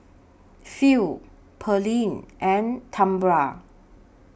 Phil Pearlene and Tambra